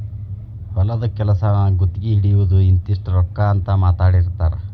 ಹೊಲದ ಕೆಲಸಾನ ಗುತಗಿ ಹಿಡಿಯುದು ಇಂತಿಷ್ಟ ರೊಕ್ಕಾ ಅಂತ ಮಾತಾಡಿರತಾರ